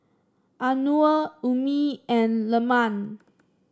Anuar Ummi and Leman